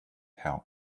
help